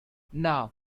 now